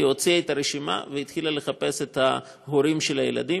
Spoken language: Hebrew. היא הוציאה את הרשימה והתחילה לחפש את ההורים של הילדים.